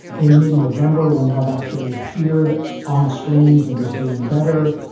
in mid-november, when love actually appeared on screens and was doing better,